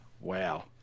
Wow